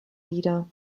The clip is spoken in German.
wieder